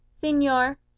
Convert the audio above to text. Signor